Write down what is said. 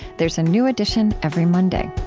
there's a new edition every monday